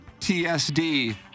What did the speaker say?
TSD